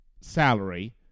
salary